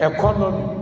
Economy